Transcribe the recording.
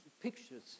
pictures